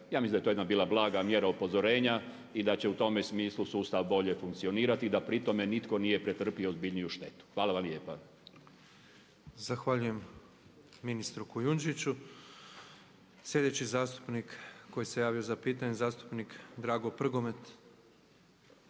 ja mislim da je to bila jedna blaga mjera upozorenja i da će u tome smislu sustav bolje funkcionirati da pri tome nitko nije pretrpio ozbiljniju štetu. Hvala vam lijepa. **Petrov, Božo (MOST)** Zahvaljujem ministru Kujundžiću. Slijedeći zastupnik koji se javio za pitanje je zastupnik Drago Prgomet